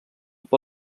per